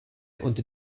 unter